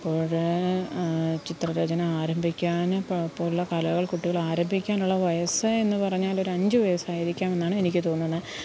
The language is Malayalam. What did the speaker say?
അപ്പോഴ് ചിത്രരചന ആരംഭിക്കാന് പ പോലുള്ള കലകള് കുട്ടികളാരംഭിക്കാനുള്ള വയസ്സ് എന്ന് പറഞ്ഞാൽ ഒരു അഞ്ച് വയസ്സായിരിക്കും എന്നാണ് എനിക്ക് തോന്നുന്നത്